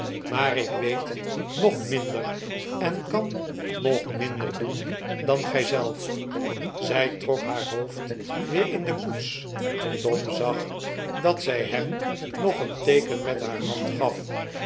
maar ik weet nog minder en kan nog minder doen dan gij zelf zij trok haar hoofd weer in de koets tom zag dat zij hem nog een teeken met haar hand gaf